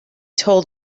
told